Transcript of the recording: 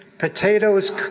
Potatoes